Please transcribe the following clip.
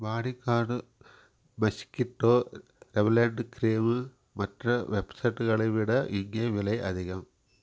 பாடி guard mosquito repellent cream மற்ற வெப்சைட்டுகளை விட இங்கே விலை அதிகம்